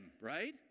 right